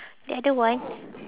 the other one